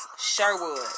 Sherwood